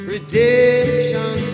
Redemption